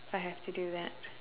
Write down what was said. I had to do that